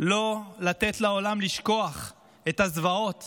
לא לתת לעולם לשכוח את הזוועות